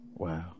Wow